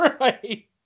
Right